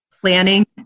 planning